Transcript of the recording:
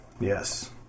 yes